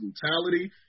brutality